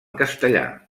castellà